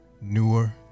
newer